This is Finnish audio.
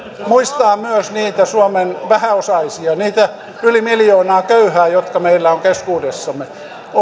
muistaa myös suomen vähäosaisia niitä yli miljoonaa köyhää jotka meillä on keskuudessamme